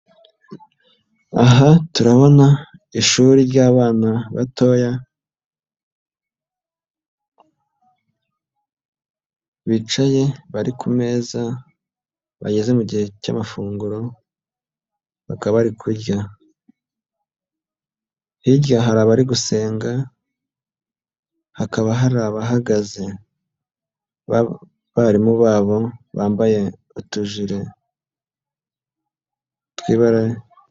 Aha turabona ishuri ry'abana batoya, bicaye bari ku meza, bageze mu gihe cy'amafunguro baka bari kurya, hirya hari abari gusenga, hakaba hari abahagaze abarimu babo bambaye utujire twibara.